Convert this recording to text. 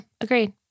agreed